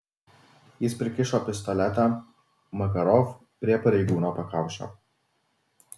jis prikišo pistoletą makarov prie pareigūno pakaušio